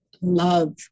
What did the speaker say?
love